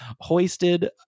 hoisted